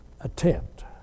attempt